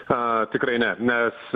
a tikrai ne mes